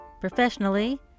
Professionally